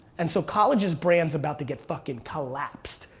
and so colleges' brand's about to get fucking collapsed.